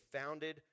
founded